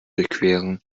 durchqueren